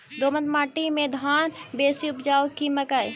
दोमट माटि मे धान बेसी उपजाउ की मकई?